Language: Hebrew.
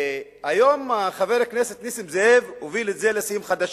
היום חבר הכנסת נסים זאב הוביל את זה לשיאים חדשים,